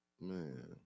Man